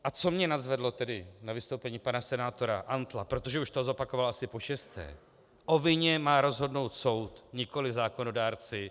A co mě nadzvedlo na vystoupení pana senátora Antla, protože už to zopakoval asi pošesté o vině má rozhodnout soud, nikoli zákonodárci.